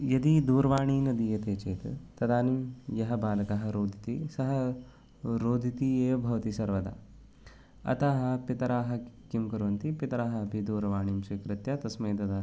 यदि दूरवाणी न दीयते चेत् तदानीं यः बालकः रोदिति सः रोदिति ये भवति सर्वदा अतः पितरः किं कुर्वन्ति पितरः अपि दूरवाणीं स्वीकृत्य तस्मै ददति